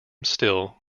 still